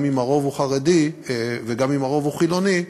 גם אם הרוב הוא חרדי וגם אם הרוב הוא חילוני,